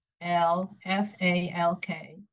L-F-A-L-K